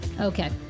Okay